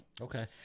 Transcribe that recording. Okay